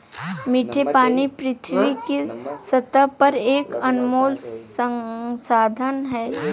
मीठे पानी पृथ्वी की सतह पर एक अनमोल संसाधन है